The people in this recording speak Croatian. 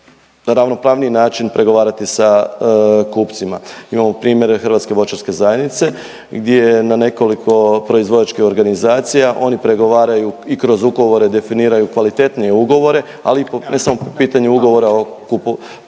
ravnopravniji način pregovarati sa kupcima. Imamo primjere Hrvatske voćarske zajednice gdje na nekoliko proizvođačkih organizacija oni pregovaraju i kroz ugovore definiraju kvalitetnije ugovore, ali ne samo po pitanju ugovora o